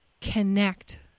connect